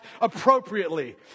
appropriately